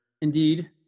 Indeed